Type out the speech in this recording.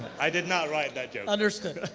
i did not write that joke. understood.